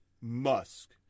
Musk